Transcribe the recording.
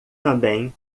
também